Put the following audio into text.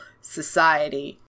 society